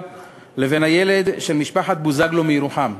לבין הילד של משפחת בוזגלו מירוחם,